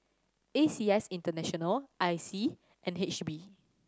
A C S International I C and N H B